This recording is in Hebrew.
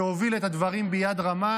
שהוביל את הדברים ביד רמה,